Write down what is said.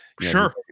sure